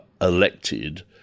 elected